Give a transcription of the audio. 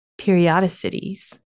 Periodicities